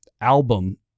album